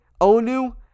Onu